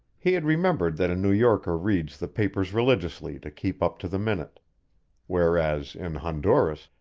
he had remembered that a new yorker reads the papers religiously to keep up to the minute whereas, in honduras,